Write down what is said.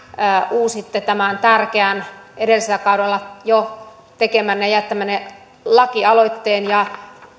uusitte tämän tärkeän edellisellä kaudella jo tekemänne ja jättämänne lakialoitteen ja